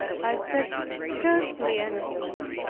i said scarcely anything,